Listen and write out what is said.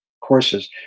courses